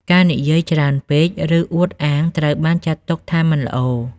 ការនិយាយច្រើនពេក ឬអួតអាង ត្រូវបានចាត់ទុកថាមិនល្អ។